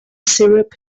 syrup